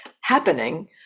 happening